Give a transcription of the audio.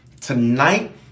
Tonight